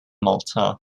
malta